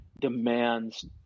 demands